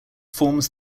forms